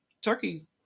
Turkey